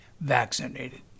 vaccinated